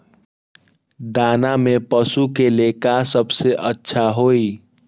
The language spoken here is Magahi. दाना में पशु के ले का सबसे अच्छा होई?